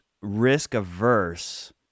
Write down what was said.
risk-averse